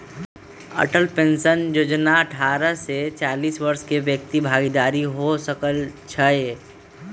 Atal pension जोजना अठारह से चालीस वरिस के व्यक्ति भागीदार हो सकइ छै